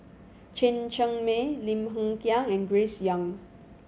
Chen Cheng Mei Lim Hng Kiang and Grace Young